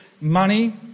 money